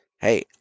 Hey